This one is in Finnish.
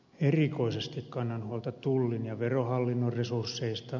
erikoisesti kannan huolta tullin ja verohallinnon resursseista